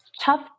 tough